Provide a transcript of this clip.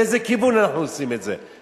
באיזה כיוון אנחנו עושים את זה,